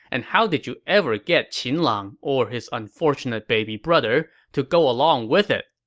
and how did you ever get qin lang or his unfortunate baby brother to go along with it?